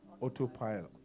autopilot